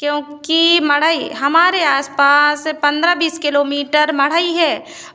क्योंकि मढ़ई हमारे आस पास पंद्रह बीस किलोमीटर मढ़ई है